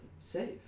safe